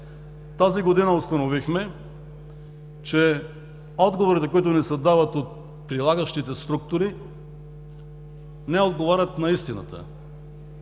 тази година установихме, че отговорите, които ни се дават от прилагащите структури, не отговарят на истината.